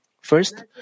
First